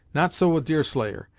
not so with deerslayer.